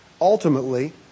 ultimately